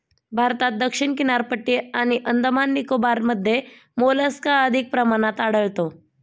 भारतात दक्षिण किनारपट्टी आणि अंदमान निकोबारमध्ये मोलस्का अधिक प्रमाणात आढळतो